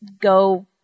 go